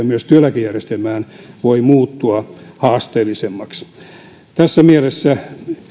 myös työeläkejärjestelmän rahoituspohja voi muuttua haasteellisemmaksi tässä mielessä